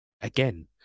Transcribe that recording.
Again